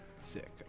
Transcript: Sick